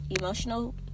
emotional